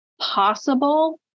possible